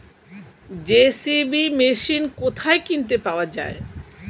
JCB machine কোথায় কিনতে পাওয়া যাবে?